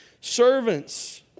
servants